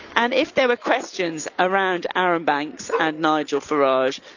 and if there were questions around arron banks and nigel farage,